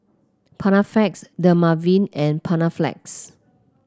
Panaflex Dermaveen and Panaflex